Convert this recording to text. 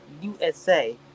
USA